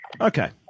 Okay